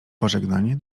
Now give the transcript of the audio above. pożegnanie